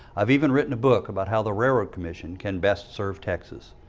i've even written a book about how the railroad commission can best serve texas.